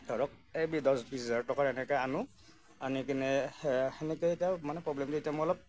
ধৰক এই দহ বিশ হেজাৰ টকাৰ এনেকৈ আনো আনি কিনে সেনেকৈ এতিয়া মানে প্ৰব্লেমটো এতিয়া মোৰ অলপ